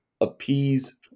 appease